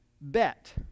bet